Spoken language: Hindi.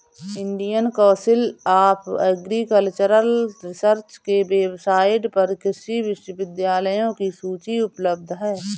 Indian council of agricultural research के वेबसाइट पर कृषि विश्वविद्यालयों की सूची उपलब्ध है